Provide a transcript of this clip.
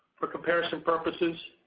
for comparison purposes,